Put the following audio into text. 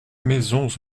maisons